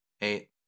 Eight